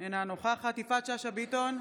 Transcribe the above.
אינה נוכחת יפעת שאשא ביטון,